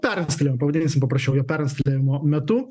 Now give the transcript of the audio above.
perinstaliavimo pavadinsimpaprasčiau perinstaliavimo metu